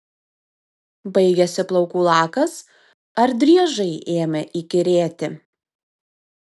baigėsi plaukų lakas ar driežai ėmė įkyrėti